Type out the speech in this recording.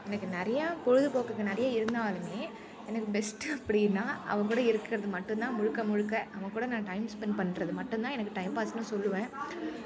எனக்கு நிறையா பொழுதுபோக்குக்கு நிறைய இருந்தாலுமே எனக்கு பெஸ்ட்டு அப்படின்னா அவன்கூட இருக்கிறது மட்டுந்தான் முழுக்க முழுக்க அவன்கூட நான் டைம் ஸ்பெண்ட் பண்ணுறது மட்டுந்தான் எனக்கு டைம்பாஸ்னு சொல்லுவேன்